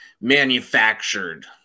manufactured